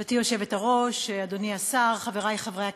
גברתי היושבת-ראש, אדוני השר, חברי חברי הכנסת,